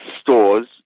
stores